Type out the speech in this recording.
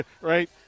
right